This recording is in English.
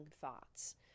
thoughts